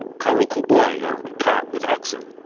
carul cu boi or cart with oxen.